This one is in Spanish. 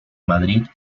madrid